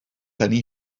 hynny